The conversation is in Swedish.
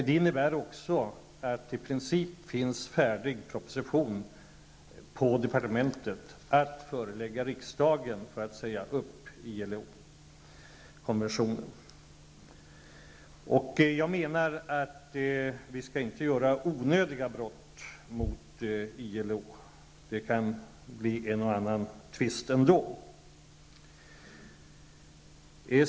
Det innebär också att det i princip finns en färdig proposition på departementet att förelägga riksdagen för att säga upp ILO konventionen. Vi skall inte begå onödiga brott mot ILO -- det kan bli en och annan tvist ändå.